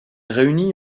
réunit